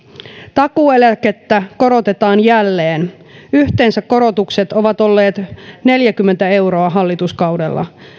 takuueläkettä korotetaan jälleen yhteensä korotukset ovat olleet neljäkymmentä euroa hallituskaudella